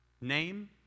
name